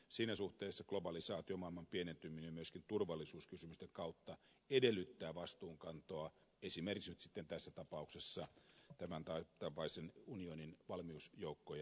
siinä suhteessa globalisaatio maailman pienentyminen myöskin turvallisuuskysymysten kautta edellyttää vastuunkantoa esimerkiksi nyt sitten tässä tapauksessa tämän tapaisten unionin valmiusjoukkojen osalta